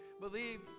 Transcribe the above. believe